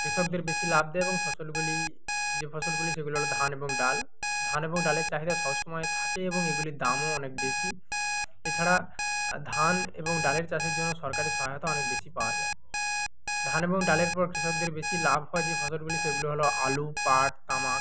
কৃষকদের বেশি লাভ দেয় এবং ফসলগুলি যে ফসলগুলি সেগুলি হলো ধান এবং ডাল ধান এবং ডালের চাহিদা সব সময় থাকে এবং এইগুলির দামও অনেক বেশি এছাড়া ধান এবং ডালের চাষের জন্য সরকারের সহায়তা অনেক বেশি পাওয়া যায় ধান এবং ডালের পর কৃষকদের বেশি লাভ হয় যে ফসলগুলি সেগুলি হলো আলু পাট তামাক